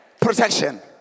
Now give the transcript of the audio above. Protection